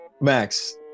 Max